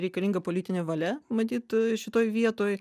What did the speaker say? reikalinga politinė valia matyt šitoj vietoj